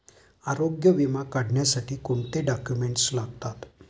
आरोग्य विमा काढण्यासाठी कोणते डॉक्युमेंट्स लागतात?